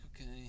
okay